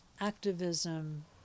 activism